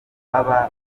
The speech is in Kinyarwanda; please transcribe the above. baba